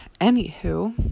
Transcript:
anywho